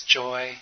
joy